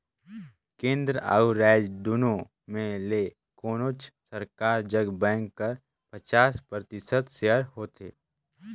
केन्द्र अउ राएज दुनो में ले कोनोच सरकार जग बेंक कर पचास परतिसत सेयर होथे